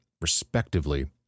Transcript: respectively